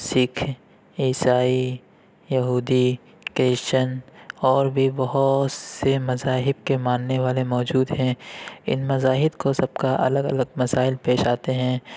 سکھ عیسائی یہودی کرشچن اور بھی بہت سے مذاہب کے ماننے والے موجود ہیں ان مذاہب کو سب کا الگ الگ مسائل پیش آتے ہیں